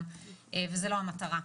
וזאת לא המטרה.